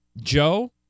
Joe